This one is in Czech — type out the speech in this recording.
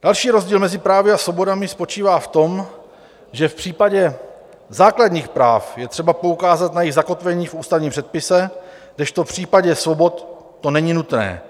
Další rozdíl mezi právy a svobodami spočívá v tom, že v případě základních práv je třeba poukázat na jejich zakotvení v ústavním předpise, kdežto v případě svobod to není nutné.